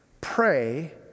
Pray